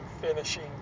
finishing